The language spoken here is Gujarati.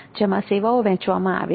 જેમાં સેવાઓ વહેંચવામાં આવે છે